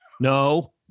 no